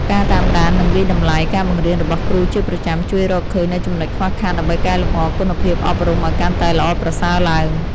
ការតាមដាននិងវាយតម្លៃការបង្រៀនរបស់គ្រូជាប្រចាំ ជួយរកឃើញនូវចំណុចខ្វះខាតដើម្បីកែលម្អគុណភាពអប់រំឱ្យកាន់តែល្អប្រសើរឡើង។